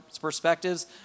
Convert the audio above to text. perspectives